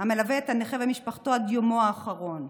המלווה את הנכה ומשפחתו עד יומו האחרון.